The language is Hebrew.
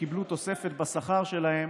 שקיבלו תוספת בשכר שלהם